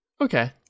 Okay